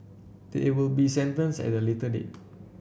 they will be sentenced at a later date